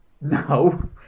No